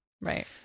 Right